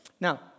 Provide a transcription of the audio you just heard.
Now